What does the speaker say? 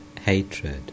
hatred